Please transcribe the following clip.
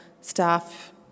staff